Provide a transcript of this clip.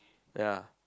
ya